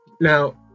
Now